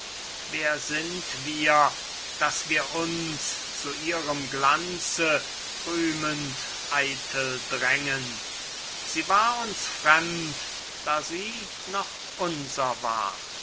wer sind wir daß wir uns zu ihrem glanze rühmend eitel drängen sie war uns fremd da sie noch unser war